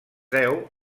deu